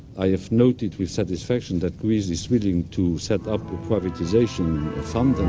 i've noted with satisfaction. that greece is willing to set up a privatization fund.